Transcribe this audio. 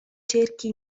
cerchi